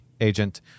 agent